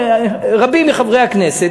רבים מחברי הכנסת,